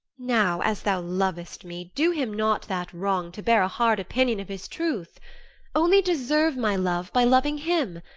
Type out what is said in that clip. now, as thou lov'st me, do him not that wrong to bear a hard opinion of his truth only deserve my love by loving him.